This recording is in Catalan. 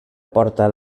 porta